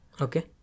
Okay